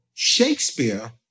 Shakespeare